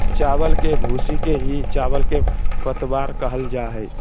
चावल के भूसी के ही चावल के पतवार कहल जा हई